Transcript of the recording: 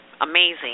amazing